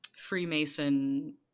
Freemason